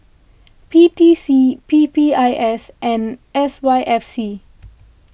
P T C P P I S and S Y F C